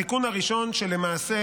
התיקון הראשון למעשה